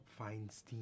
Feinstein